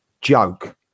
joke